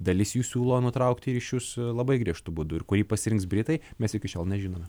dalis jų siūlo nutraukti ryšius labai griežtu būdu ir kurį pasirinks britai mes iki šiol nežinome